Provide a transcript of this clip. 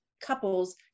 couples